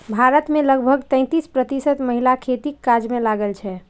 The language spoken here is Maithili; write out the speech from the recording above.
भारत मे लगभग तैंतीस प्रतिशत महिला खेतीक काज मे लागल छै